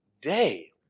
day